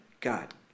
God